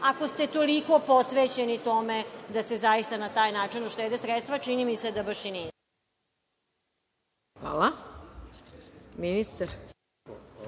ako ste toliko posvećeni tome da se zaista na taj način uštede sredstva, čini mi se da baš i niste. **Maja